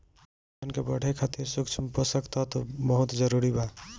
पौधन के बढ़े खातिर सूक्ष्म पोषक तत्व बहुत जरूरी बा